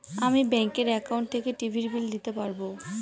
আমি ব্যাঙ্কের একাউন্ট থেকে টিভির বিল দিতে পারবো